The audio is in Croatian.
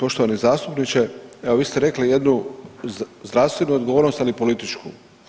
Poštovani zastupniče, evo vi ste rekli jednu zdravstvenu odgovornost, ali i političku.